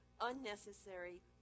Unnecessary